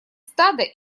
стада